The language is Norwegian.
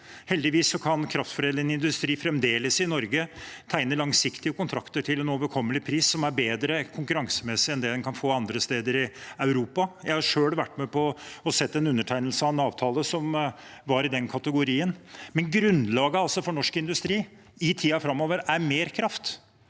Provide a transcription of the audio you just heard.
Heldigvis kan kraftforedlende industri i Norge fremdeles tegne langsiktige kontrakter til en overkommelig pris, som er bedre konkurransemessig enn det en kan få andre steder i Europa. Jeg har selv vært med på og sett en undertegnelse av en avtale som var i den kategorien. Grunnlaget for norsk industri i tiden framover er altså mer kraft,